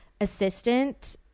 assistant